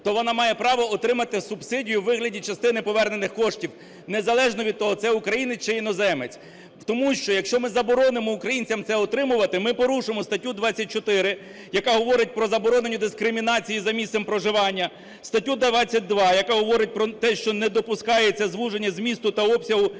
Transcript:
то вона має право отримати субсидію у вигляді частини повернених коштів незалежно від того це українець чи іноземець, тому що, якщо ми заборонимо українцям це отримувати, ми порушимо статтю 24, яка говорить про заборону дискримінації за місцем проживання, статтю 22, яка говорить про те, що не допускається звуження змісту та обсягу